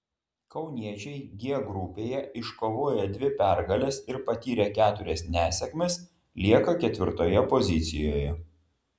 kauniečiai g grupėje iškovoję dvi pergales ir patyrę keturias nesėkmes lieka ketvirtoje pozicijoje